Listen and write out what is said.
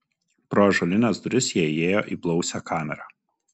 pro ąžuolines duris jie įėjo į blausią kamerą